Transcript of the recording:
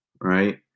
right